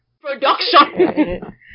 PRODUCTION